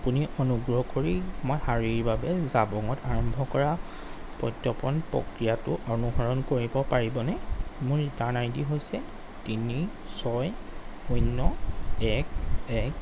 আপুনি অনুগ্ৰহ কৰি মই শাৰীৰ বাবে জাবঙত আৰম্ভ কৰা প্ৰত্যৰ্পণ প্ৰক্ৰিয়াটো অনুসৰণ কৰিব পাৰিবনে মোৰ ৰিটাৰ্ণ আইডি হৈছে তিনি ছয় শূন্য এক এক